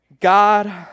God